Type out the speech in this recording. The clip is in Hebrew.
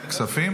כספים?